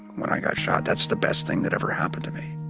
when i got shot, that's the best thing that ever happened to me.